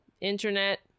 internet